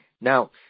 Now